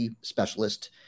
specialist